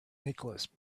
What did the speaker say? nicholas